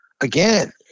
Again